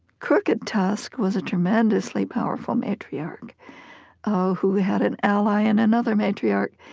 crooked tusk was a tremendously powerful matriarch who had an ally in another matriarch,